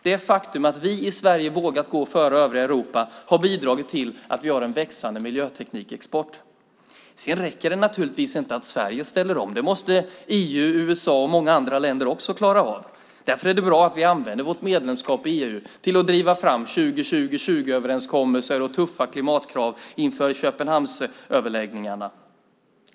Det faktum att vi i Sverige har vågat gå före övriga Europa har bidragit till att vi har en växande miljöteknikexport. Sedan räcker det förstås inte att vi i Sverige ställer om. Det måste EU, USA och många andra länder också klara av. Därför är det bra att vi använder vårt medlemskap i EU till att driva fram 20-20-20-överenskommelser och tuffa klimatkrav inför Köpenhamnsöverläggningarna.